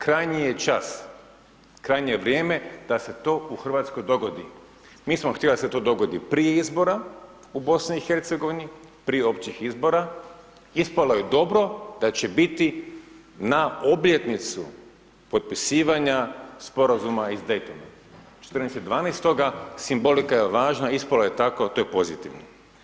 Krajnji je čas, krajnje je vrijeme da se to u RH dogodi, mi smo htjeli da se to dogodi prije izbora u BiH, prije općih izbora, ispalo je dobro da će biti na obljetnicu potpisivanja Sporazuma iz Dejtona, 14.12., simbolika je važna, ispalo je tako, to je pozitivno.